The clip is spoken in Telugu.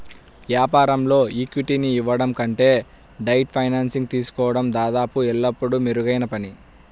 వ్యాపారంలో ఈక్విటీని ఇవ్వడం కంటే డెట్ ఫైనాన్సింగ్ తీసుకోవడం దాదాపు ఎల్లప్పుడూ మెరుగైన పని